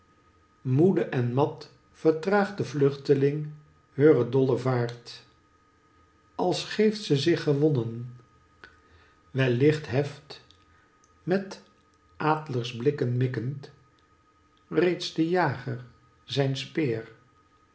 moede en mat vertraagt de vluchtling heure dolle vaart als geeft ze zich gewonnen wellicht heft met aadlaarsblikken mikkend reeds dejager zijn speer